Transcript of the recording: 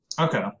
Okay